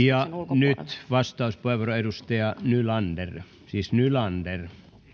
ja nyt vastauspuheenvuoro edustaja nylander siis nylander